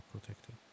protected